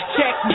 Check